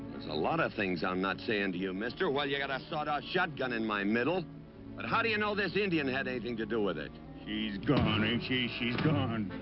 a lot of things i'm not saying to you, mister, while you got a sawed-off shotgun in my middle. but how do you know this indian had anything to do with it? she's gone, ain't she? she's gone!